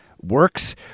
Works